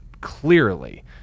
clearly